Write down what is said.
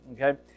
Okay